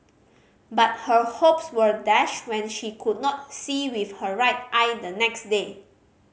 but her hopes were dashed when she could not see with her right eye the next day